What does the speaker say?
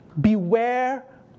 beware